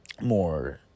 more